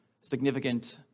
significant